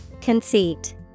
Conceit